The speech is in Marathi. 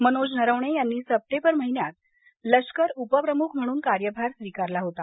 मनोज नरवणे यांनी सप्टेंबर महिन्यात लष्कर उपप्रमुख म्हणून कार्यभार स्वीकारला होता